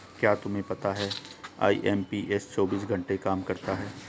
क्या तुम्हें पता है आई.एम.पी.एस चौबीस घंटे काम करता है